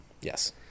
Yes